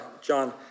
John